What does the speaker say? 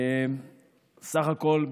סך הכול,